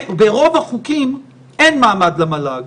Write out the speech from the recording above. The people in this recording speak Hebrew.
ברוב החוקים אין מעמד למל"ג,